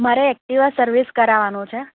મારે Activa service કરાવવાનું છે